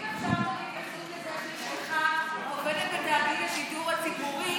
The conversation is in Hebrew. אם אפשר התייחסות לזה שאשתך עובדת בתאגיד השידור הציבורי